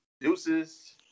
Deuces